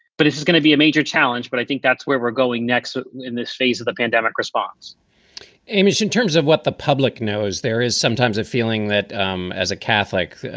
but it is going to be a major challenge. but i think that's where we're going next in this phase of the pandemic response amy, in terms of what the public knows, there is sometimes a feeling that um as a catholic,